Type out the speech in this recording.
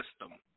system